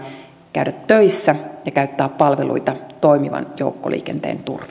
käydä töissä ja käyttää palveluita toimivan joukkoliikenteen